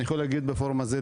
אני יכול להגיד בפורום הזה,